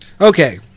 Okay